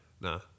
nah